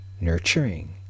nurturing